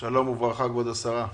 שלום וברכה כבוד השרה.